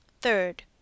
Third